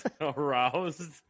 Aroused